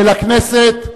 ולכנסת,